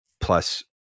plus